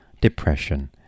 depression